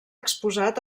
exposat